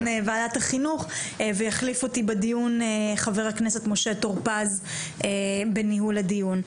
ועדת החינוך ויחליף אותי בדיון חבר הכנסת משה טור פז בניהול הדיון.